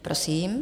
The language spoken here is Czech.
Prosím.